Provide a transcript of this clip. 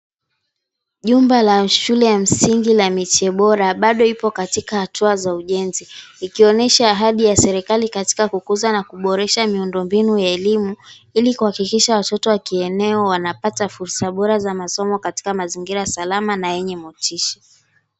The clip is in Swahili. Jumba la shule ya msingi la Miche Bora, bado ipo katika hatua za ujenzi. Ikionyesha ahadi ya serikali katika kukuza na kuboresha miundombinu ya elimu, ili kuhakikisha watoto wa kieneo wanapata fursa bora za masomo katika mazingira salama na yenye motisha.